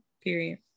Period